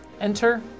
Enter